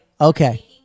Okay